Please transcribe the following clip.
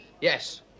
yes